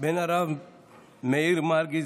בן הרב מאיר מרגי,